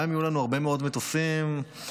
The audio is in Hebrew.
גם אם יהיו לנו הרבה מאוד מטוסים והרבה